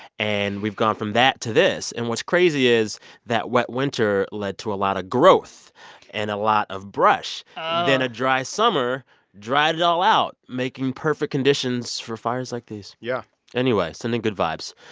and we've gone from that to this. and what's crazy is that wet winter led to a lot of growth and a lot of brush oh then a dry summer dried it all out, making perfect conditions for fires like these yeah anyway, sending good vibes.